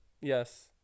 Yes